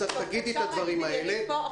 אז את תגידי את הדברים האלה.